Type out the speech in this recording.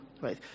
right